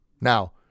Now